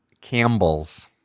Campbell's